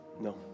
No